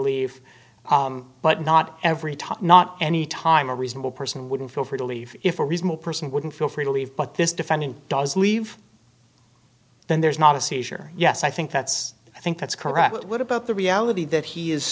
leave but not every time not any time a reasonable person wouldn't feel free to leave if a reasonable person wouldn't feel free to leave but this defendant does leave then there's not a seizure yes i think that's i think that's correct but what about the reality that he is